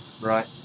right